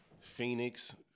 Phoenix